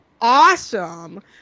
awesome